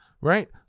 Right